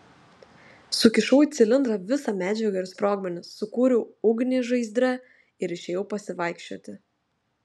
sukišau į cilindrą visą medžiagą ir sprogmenis sukūriau ugnį žaizdre ir išėjau pasivaikščioti